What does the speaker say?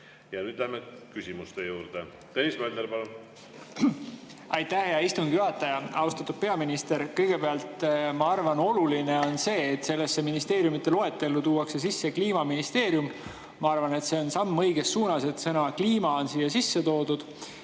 Nüüd läheme küsimuste juurde. Tõnis Mölder, palun! Aitäh, hea istungi juhataja! Austatud peaminister! Kõigepealt, ma arvan, oluline on see, et sellesse ministeeriumide loetellu tuuakse sisse kliimaministeerium. Ma arvan, et see on samm õiges suunas, et sõna "kliima" on siia sisse toodud.